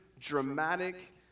dramatic